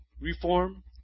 Reform